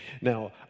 Now